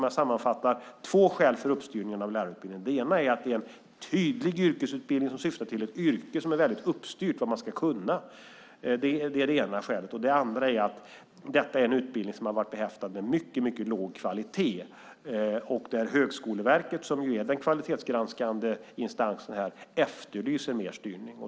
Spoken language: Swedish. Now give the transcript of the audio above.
Jag sammanfattar: Det finns två skäl för uppstyrningen av lärarutbildningen. Det ena är att det är en tydlig yrkesutbildning som syftar till ett yrke där det är väldigt uppstyrt vad man ska kunna. Det andra är att detta är en utbildning som varit behäftad med mycket låg kvalitet och där Högskoleverket som är den kvalitetsgranskande instansen efterlyser mer styrning.